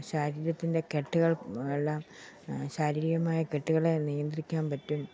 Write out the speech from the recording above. ശരീരത്തിൻ്റെ കെട്ടുകൾ എല്ലാം ശാരീരികമായ കെട്ടുകളെ നിയന്ത്രിക്കാൻ പറ്റും